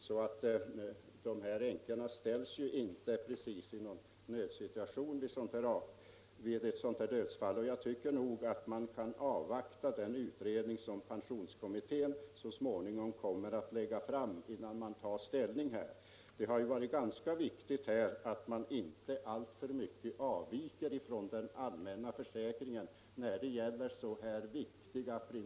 Änkorna hamnar alltså inte i någon nödsituation vid ett dödsfall. Jag tycker därför att man bör kunna avvakta det förslag som pensionskommittén så småningom kommer att lägga fram. Det har bedömts som angeläget att man i en fråga som har denna principiella vikt inte avviker alltför mycket från den allmänna försäkringen.